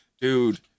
dude